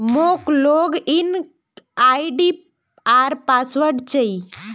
मोक log in ID आर password चाहि